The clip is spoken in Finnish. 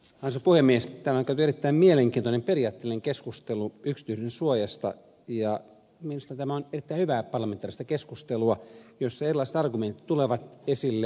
täällä on käyty erittäin mielenkiintoinen periaatteellinen keskustelu yksityisyyden suojasta ja minusta tämä on erittäin hyvää parlamentaarista keskustelua jossa erilaiset argumentit tulevat esille